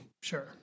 Sure